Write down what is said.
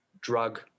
drug